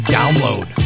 download